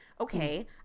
okay